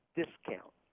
discount